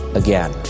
again